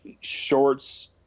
shorts